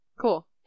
Cool